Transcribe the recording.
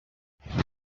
هیچ